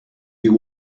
you